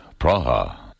Praha